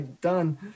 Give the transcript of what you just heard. done